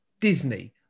Disney